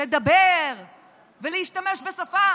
לדבר ולהשתמש בשפה